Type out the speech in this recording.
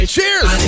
Cheers